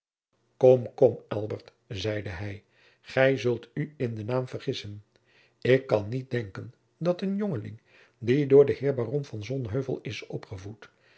kom kom elbert zeide hij gij zult u in den naam vergissen ik kan niet denken dat een jongeling die door den heer baron van sonheuvel is opgevoed